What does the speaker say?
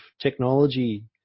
technology